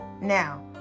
Now